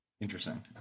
Interesting